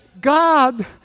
God